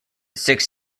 six